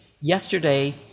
yesterday